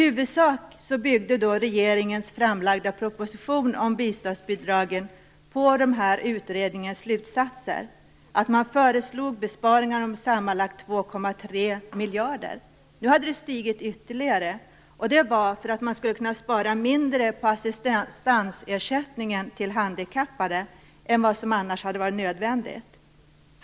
I huvudsak byggde regeringens framlagda proposition om bostadsbidragen på den här utredningens slutsatser. Man förslog besparingar på sammanlagt 2,3 miljarder. Det var för att man skulle kunna spara mindre på assistentersättningen till handikappade än vad som annars hade varit nödvändigt.